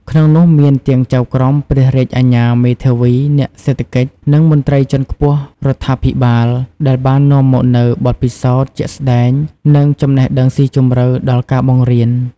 ក្នុងនោះមានទាំង ចៅក្រម ព្រះរាជអាជ្ញា មេធាវី អ្នកសេដ្ឋកិច្ច និងមន្ត្រីជាន់ខ្ពស់រដ្ឋាភិបាល ដែលបាននាំមកនូវបទពិសោធន៍ជាក់ស្តែង និងចំណេះដឹងស៊ីជម្រៅដល់ការបង្រៀន។